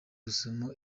rusumo